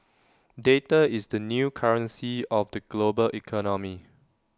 data is the new currency of the global economy